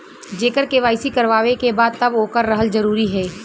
जेकर के.वाइ.सी करवाएं के बा तब ओकर रहल जरूरी हे?